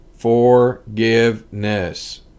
Forgiveness